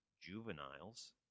Juveniles